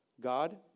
God